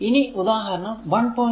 ഇനി ഉദാഹരണം 1